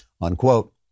unquote